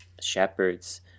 shepherds